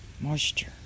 Moisture